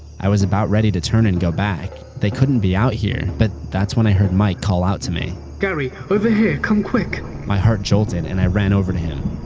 i was about ready to turn and go back. they couldn't be out here, but that's when i heard mike call out to me. gary! over here! come quick! my heart jolted and i ran over to him.